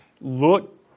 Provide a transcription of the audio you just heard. Look